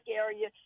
area